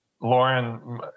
Lauren